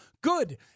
Good